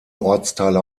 ortsteile